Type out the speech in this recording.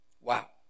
Wow